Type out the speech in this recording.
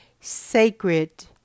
sacred